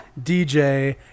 DJ